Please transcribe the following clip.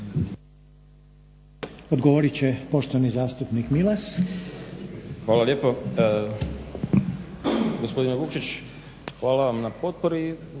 Odgovorit će poštovani zastupnik Milas.